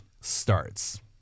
starts